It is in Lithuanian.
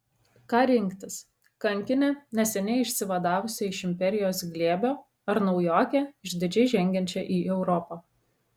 ką rinktis kankinę neseniai išsivadavusią iš imperijos glėbio ar naujokę išdidžiai žengiančią į europą